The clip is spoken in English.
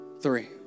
three